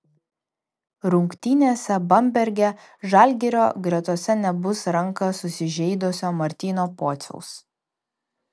rungtynėse bamberge žalgirio gretose nebus ranką susižeidusio martyno pociaus